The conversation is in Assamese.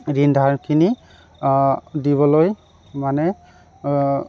ঋণ ধাৰখিনি দিবলৈ মানে